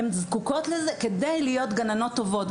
הן זקוקות לזה כדי להיות גננות טובות.